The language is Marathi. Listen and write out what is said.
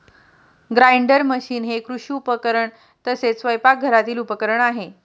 ग्राइंडर मशीन हे कृषी उपकरण तसेच स्वयंपाकघरातील उपकरण आहे